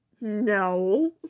No